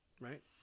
right